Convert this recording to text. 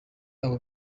abo